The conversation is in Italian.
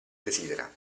desidera